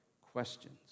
questions